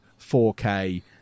4K